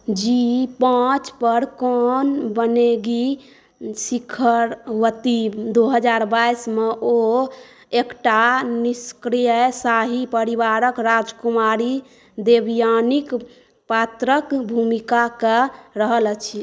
ज़ी पांच पर कौन बनेगी शिखरवती दू हजार बाईस मे ओ एकटा निष्क्रिय शाही परिवारक राजकुमारी देवयानीक पात्रक भूमिका कऽ रहल अछि